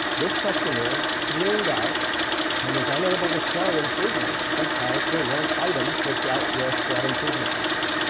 this questionnaire, ceilinged out and was unable to show improvement because there weren't items that dealt with that improvement level.